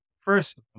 first